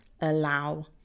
allow